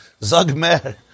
zagmer